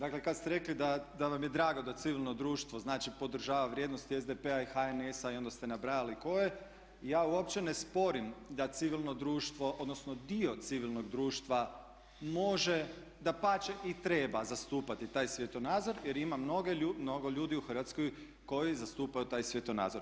Dakle kad ste rekli da vam je drago da civilno društvo znači podržava vrijednosti SDP-a i HNS-a i onda ste nabrajali koje ja uopće ne sporim da civilno društvo, odnosno dio civilnog društva može dapače i treba zastupati taj svjetonazor jer ima mnogo ljudi u Hrvatskoj koji zastupaju taj svjetonazor.